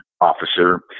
officer